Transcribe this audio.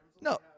no